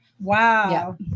Wow